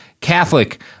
Catholic